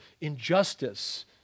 injustice